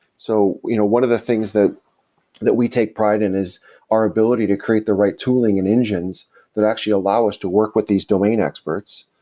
so you know one of the things that that we take pride in is our ability to create the right tooling and engines that actually allow us to work with these domain experts,